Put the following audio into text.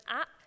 app